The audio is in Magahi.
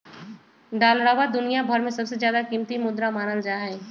डालरवा दुनिया भर में सबसे ज्यादा कीमती मुद्रा मानल जाहई